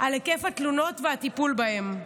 על היקף התלונות והטיפול בהן.